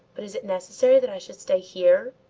but is it necessary that i should stay here?